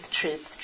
truth